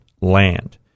land